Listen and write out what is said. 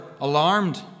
alarmed